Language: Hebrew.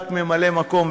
אתה רק ממלא מקום,